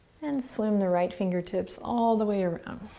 and swim the right fingertips all the way around.